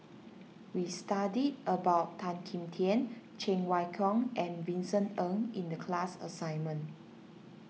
we studied about Tan Kim Tian Cheng Wai Keung and Vincent Ng in the class assignment